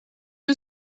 you